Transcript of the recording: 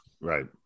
Right